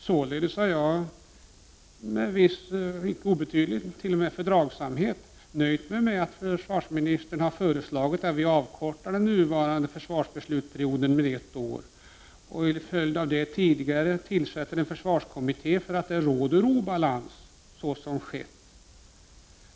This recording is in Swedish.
Således har jag med viss, t.o.m. icke obetydlig, fördragsamhet nöjt mig med att försvarsministern har föreslagit att vi avkortar den nuvarande försvarsbeslutsperioden med ett år och till följd av det tidigare tillsätter en försvarskommitté, för att det råder obalans, så som skett.